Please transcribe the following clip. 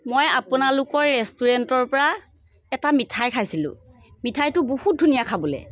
মই আপোনালোকৰ ৰেষ্টুৰেণ্টৰপৰা এটা মিঠাই খাইছিলোঁ মিঠাইটো বহুত ধুনীয়া খাবলৈ